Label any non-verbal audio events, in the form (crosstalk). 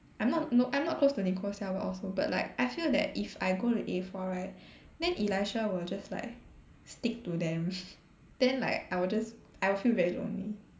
I'm not no I'm not close to Nicole Xiao also but like I feel that if I go to A four right then Elisha will just like stick to them (laughs) then like I'll just I'll feel very lonely